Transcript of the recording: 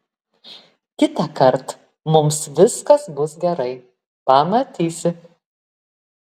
kitąkart mums viskas bus gerai pamatysi